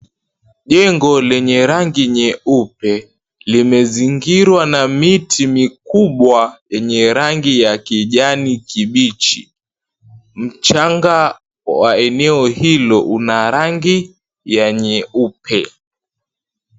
Jengo lenye rangi nyeupe limezingirwa na miti mikubwa yenye rangi ya kijani kibichi. Mchanga wa eneo hilo una rangi ya nyeupe.